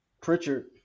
Pritchard